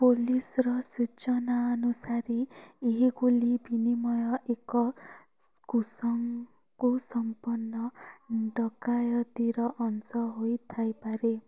ପୋଲିସ୍ର ସୂଚନାନୁସାରେ ଏହି ଗୁଳି ବିନିମୟ ଏକ କୁସମ କୁସମ୍ପନ୍ନ ଡକାୟତିର ଅଂଶ ହୋଇଥାଇପାରେ